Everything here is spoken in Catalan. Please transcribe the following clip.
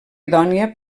idònia